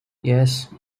yes